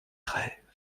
rêves